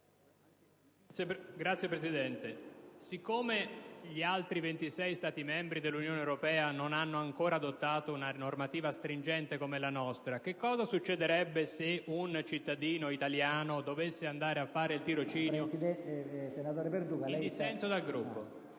votazione. Siccome gli altri 26 Stati membri dell'Unione europea non hanno ancora adottato una normativa stringente come la nostra, cosa succederebbe se un cittadino italiano dovesse andare a fare il tirocinio in uno studio